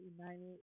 United